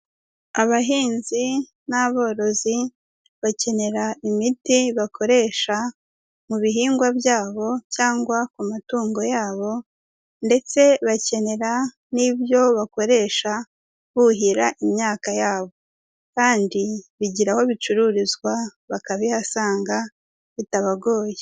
Abahinzi n'aborozi bakenera imiti bakoresha mu bihingwa byabo cyangwa ku matungo yabo, ndetse bakenera n'ibyo bakoresha buhira imyaka yabo, kandi bigira aho bicururizwa bakabihasanga bitabagoye.